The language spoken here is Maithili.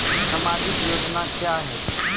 समाजिक योजना क्या हैं?